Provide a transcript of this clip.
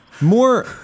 More